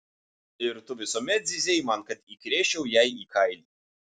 ir tu visuomet zyzei man kad įkrėsčiau jai į kailį